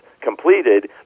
completed